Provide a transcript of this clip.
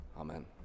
amen